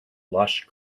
lush